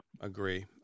agree